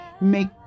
make